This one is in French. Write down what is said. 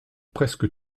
presque